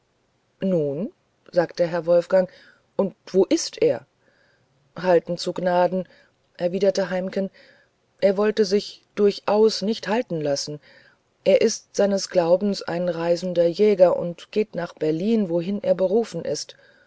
nun rief herr wolfgang und wo ist er halten zu gnaden erwiderte heimken er wollte sich durchaus nicht halten lassen er ist seines glaubens ein reisender jäger und geht nach berlin wohin er berufen ist